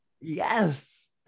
Yes